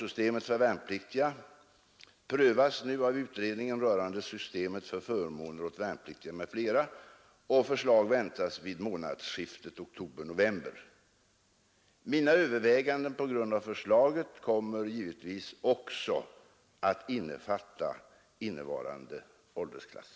ystemet för värnpliktiga prövas nu av utredningen rörande systemet för förmåner åt värnpliktiga m.fl. och förslag väntas vid månadsskiftet oktober-november. Mina överväganden på grund av förslaget kommer givetvis också att innefatta innevarande åldersklass.